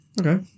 Okay